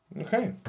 Okay